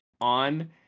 on